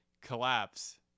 collapse